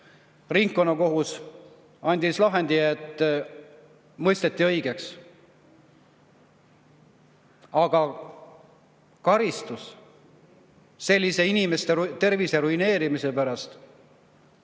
Ringkonnakohus andis lahendi, et ta mõisteti õigeks. Aga karistust sellise inimeste tervise ruineerimise eest